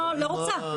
אני לא רוצה.